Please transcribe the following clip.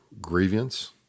grievance